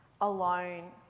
alone